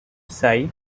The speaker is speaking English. side